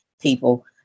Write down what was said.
people